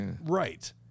Right